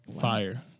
Fire